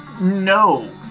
No